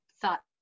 thought